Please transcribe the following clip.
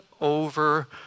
over